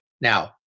Now